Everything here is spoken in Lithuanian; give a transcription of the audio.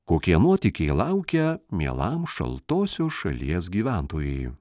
kokie nuotykiai laukia mielam šaltosios šalies gyventojui